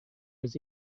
was